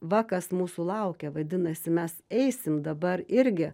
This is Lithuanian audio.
va kas mūsų laukia vadinasi mes eisim dabar irgi